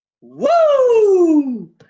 Woo